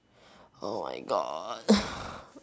oh my god